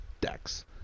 decks